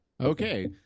Okay